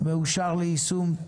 מאושר ליישום.